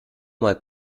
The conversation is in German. mal